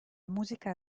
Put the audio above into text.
musica